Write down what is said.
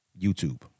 YouTube